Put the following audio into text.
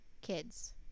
Kids